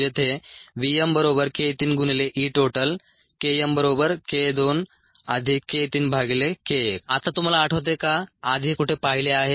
जेथे आता तुम्हाला आठवते का आधी हे कुठे पाहिले आहे